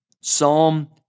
Psalm